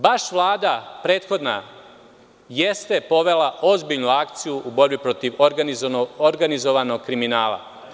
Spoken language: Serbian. Baš je prethodna Vlada povela ozbiljnu akciju u borbi organizovanog kriminala.